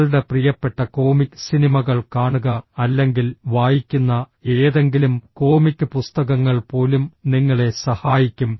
നിങ്ങളുടെ പ്രിയപ്പെട്ട കോമിക് സിനിമകൾ കാണുക അല്ലെങ്കിൽ വായിക്കുന്ന ഏതെങ്കിലും കോമിക് പുസ്തകങ്ങൾ പോലും നിങ്ങളെ സഹായിക്കും